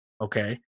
Okay